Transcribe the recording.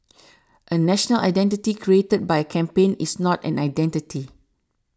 a national identity created by a campaign is not an identity